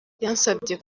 yansabye